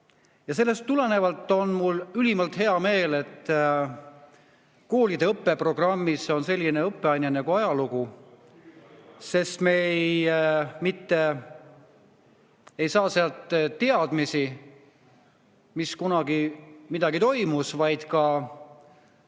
Ja sellest tulenevalt on mul ülimalt hea meel, et koolide õppeprogrammis on selline õppeaine nagu ajalugu. Sest me mitte ei saa sealt teadmisi, mis kunagi toimus, vaid